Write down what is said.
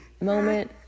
moment